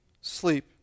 sleep